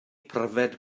pryfed